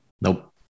Nope